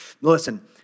Listen